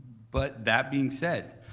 but that being said,